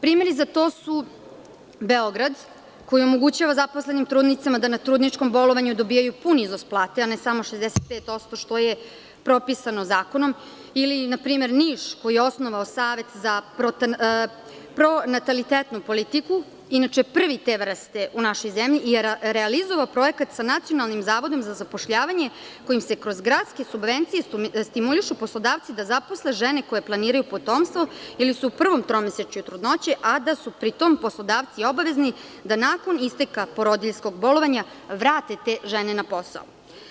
Primeri za to su Beograd koji omogućava zaposlenim trudnicama da na trudničkom bolovanju pun iznos plate, a ne samo 65%, što je propisano zakonom ili Niš koji je osnovao savet za pronatalitetnu politiku, inače te vrste u našoj zemlji i realizovao projekat sa nacionalnim Zavodom za zapošljavanje, kojim se kroz gradske subvencije stimulišu poslodavci da zaposle žene koje planiraju potomstvo ili su u prvom tromesečju trudnoće, a da su pri tom u obavezi poslodavci da nakon isteka porodiljskog bolovanja vrate te žene na posao.